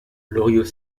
loriot